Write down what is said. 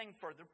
further